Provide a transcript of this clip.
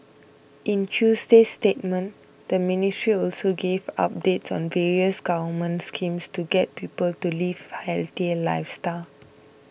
in Tuesday's statement the ministry also gave updates on various government schemes to get people to live healthier lifestyles